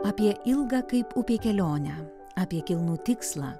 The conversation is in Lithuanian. apie ilgą kaip upė kelionę apie kilnų tikslą